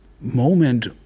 moment